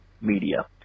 media